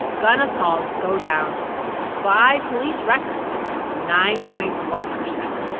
gun assaults go down by police records nine point one percent,